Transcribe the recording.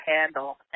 handle